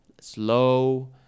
slow